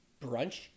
brunch